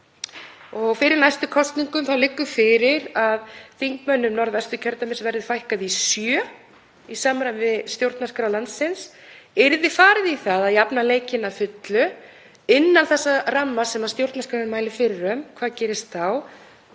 Fyrir næstu kosningar liggur fyrir að þingmönnum Norðvesturkjördæmis verði fækkað úr sjö í samræmi við stjórnarskrá landsins. Yrði farið í að jafna leikinn að fullu innan þess ramma sem stjórnarskráin mælir fyrir um, hvað gerist þá?